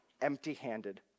empty-handed